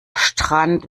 strand